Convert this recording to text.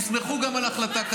ישמחו גם על החלטה כזו.